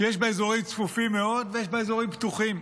שיש בה אזורים צפופים מאוד ויש בה אזורים פתוחים.